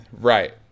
right